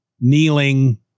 kneeling